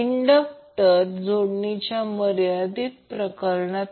पण जेव्हा ω t 90° ठेवले तर V 0 होईल